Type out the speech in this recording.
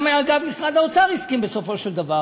אגב, גם משרד האוצר הסכים בסופו של דבר.